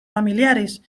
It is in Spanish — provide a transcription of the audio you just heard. familiares